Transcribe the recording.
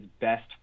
best